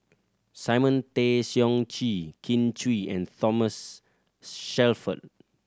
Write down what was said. Simon Tay Seong Chee Kin Chui and Thomas Shelford